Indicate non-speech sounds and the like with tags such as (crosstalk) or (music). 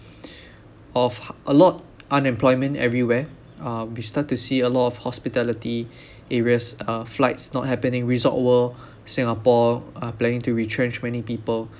of (noise) a lot unemployment everywhere uh we start to see a lot of hospitality areas uh flights not happening resort world singapore are planning to retrench many people